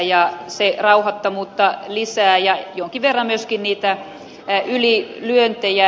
se lisää rauhattomuutta ja jonkin verran myöskin ylilyöntejä